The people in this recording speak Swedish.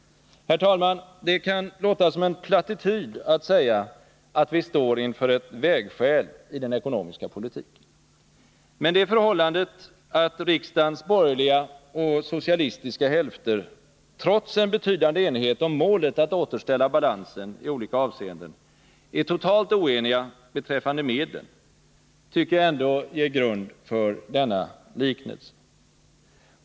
Herr talman! Det kan låta som en plattityd att säga att vi står inför ett vägskäl i den ekonomiska politiken. Men det förhållandet att riksdagens borgerliga och socialistiska hälfter, trots en betydande enighet om målet att återställa balansen i olika avseenden, är totalt oeniga beträffande medlen tycker jag ändå ger fog för denna liknelse.